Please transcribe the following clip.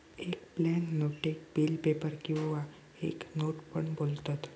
एक बॅन्क नोटेक bill paper किंवा एक नोट पण बोलतत